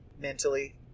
mentally